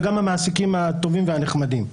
וגם המעסיקים הטובים והנחמדים,